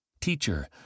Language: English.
Teacher